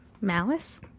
malice